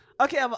Okay